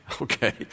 Okay